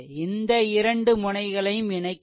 இந்த இரண்டு முனைகளையும் இணைக்க வேண்டும்